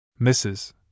Mrs